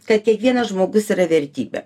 kad kiekvienas žmogus yra vertybė